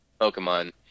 pokemon